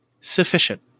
sufficient